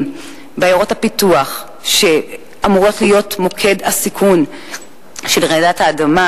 בעיירות הפיתוח שאמורות להיות מוקד הסיכון של רעידת האדמה,